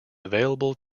available